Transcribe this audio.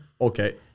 okay